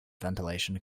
ventilation